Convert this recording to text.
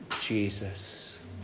Jesus